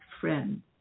friend